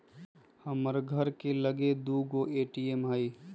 हमर घर के लगे दू गो ए.टी.एम हइ